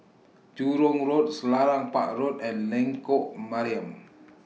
Jurong Road Selarang Park Road and Lengkok Mariam